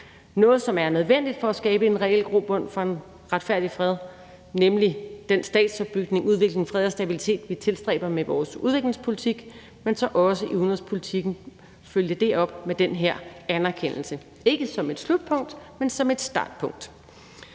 og som er nødvendigt for at skabe en reel grobund for en retfærdig fred, nemlig den statsopbygning, udvikling, fred og stabilitet, vi tilstræber med vores udviklingspolitik, og det er vores ønske, at vi så også i udenrigspolitikken følger det op med den her anerkendelse – ikke som et slutpunkt, men som et startpunkt.